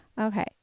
Okay